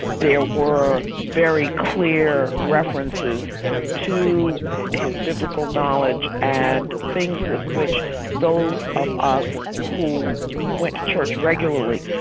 there were very clear references to his biblical knowledge, and things with which those of us who went to church regularly,